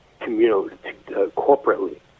corporately